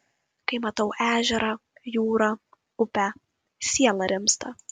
kai matau ežerą jūrą upę siela rimsta